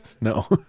No